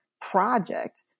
project